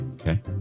Okay